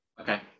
Okay